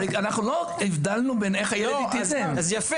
אנחנו לא הבדלנו בין איך הילד --- יפה,